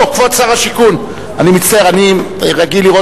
או, כבוד שר השיכון.